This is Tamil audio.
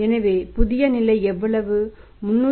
எனவே புதிய நிலை எவ்வளவு318